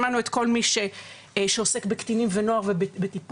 שמענו את כל מי שעוסק בקטינים ונוער ובטיפול.